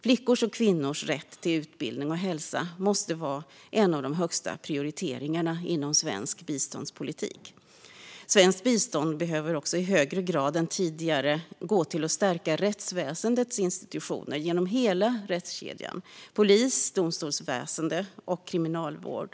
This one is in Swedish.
Flickors och kvinnors rätt till utbildning och hälsa måste vara en av de högsta prioriteringarna inom svensk biståndspolitik. Svenskt bistånd behöver i högre grad än tidigare gå till att stärka rättsväsendets institutioner genom hela rättskedjan: polis, domstolsväsen och kriminalvård.